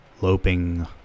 loping